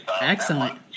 Excellent